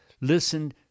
listen